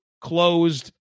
closed